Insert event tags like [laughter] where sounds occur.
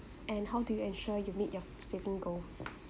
and how do you ensure you meet your [noise] saving goals